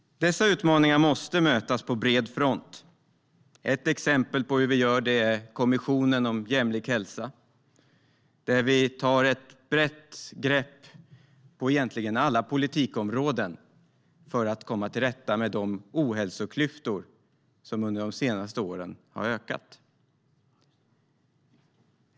Dessa utmaningar måste mötas på bred front. Ett exempel på hur vi gör det är Kommissionen för jämlik hälsa. Där tar vi ett brett grepp på egentligen alla politikområden för att komma till rätta med de ohälsoklyftor som under de senaste åren har ökat.